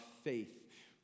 faith